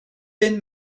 fynd